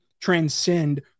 transcend